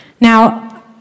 Now